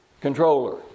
controller